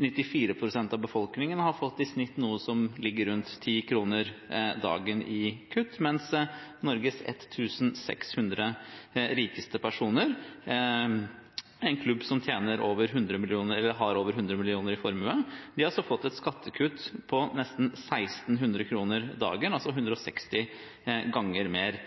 94 pst. av befolkningen har fått i snitt noe som ligger rundt 10 kroner dagen i kutt, mens Norges 1 600 rikeste personer, en klubb som har over 100 mill. kr i formue, har fått et skattekutt på nesten 1 600 kroner dagen, altså 160 ganger mer.